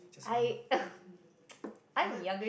just run up what